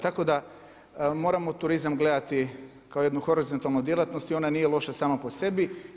Tako da moramo turizam gledati kao jednu horizontalnu djelatnost i ona nije loša sama po sebi.